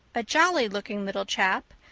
a jolly looking little chap,